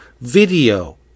video